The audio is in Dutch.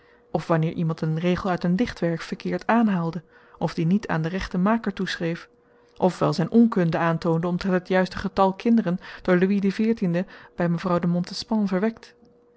of wanneer iemand een regel uit een dichtwerk verkeerd aanhaalde of dien niet aan den rechten maker toeschreef of wel zijn onkunde aantoonde omtrent het juiste getal kinderen door lodewijk xiv bij mevrouw de montespan verwekt